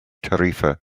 tarifa